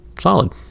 Solid